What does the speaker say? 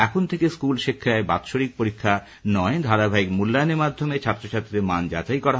এখন থেকে স্কুল শিক্ষায় বাৎসরিক পরীক্ষা নয় ধারাবাহিক মূল্যায়নের মাধ্যমে ছাত্র ছাত্রীদের মান যাচাই করা হবে